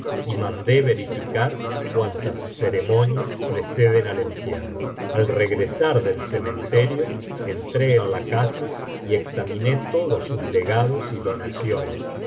y mandé verificar cuantas ceremonias preceden al entierro al regresar del cementerio entré en la casa y examiné todos sus legados y donaciones